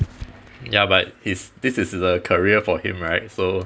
ya but if this is a career for him right so